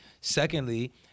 Secondly